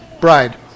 bride